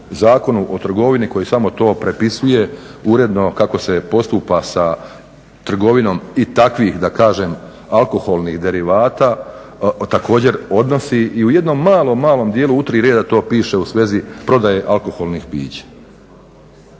Zakonu o trgovini koji samo to prepisuje uredno kako se postupa sa trgovinom i takvih da kažem alkoholnih derivata, također odnosi. I u jednom malom, malom dijelu u tri reda to piše u svezi prodaje alkoholnih pića.